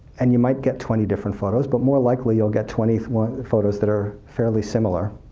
and you might get twenty different photos, but more likely you'll get twenty photos that are fairly similar.